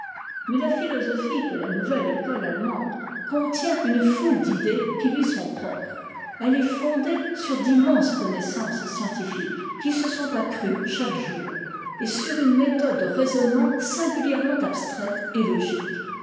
mais la philosophie de la nouvelle école a emande contient une foule d'idées qui lui sont propres elle est fondée sur d'immenses connaissances scientinques qui se sont accrues chaque jour et sur une méthode de raisonnement singulièrement abstraite et